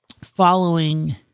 following